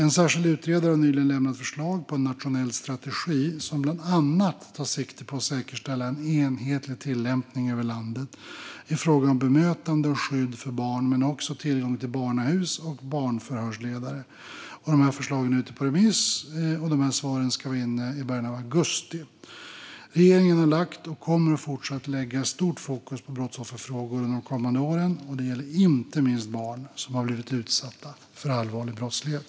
En särskild utredare har nyligen lämnat förslag på en nationell strategi som bland annat tar sikte på att säkerställa en enhetlig tillämpning över landet i fråga om bemötande och skydd för barn men också tillgång till barnahus och barnförhörsledare. Förslagen är nu ute på remiss, och svaren ska vara inne i början av augusti. Regeringen har lagt och kommer fortsatt att lägga stort fokus på brottsofferfrågor under de kommande åren. Det gäller inte minst barn som blivit utsatta för allvarlig brottslighet.